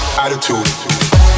attitude